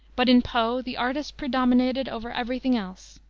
but in poe the artist predominated over every thing else.